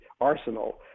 arsenal